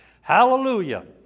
Hallelujah